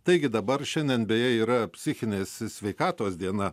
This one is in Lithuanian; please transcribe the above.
taigi dabar šiandien beje yra psichinės sveikatos diena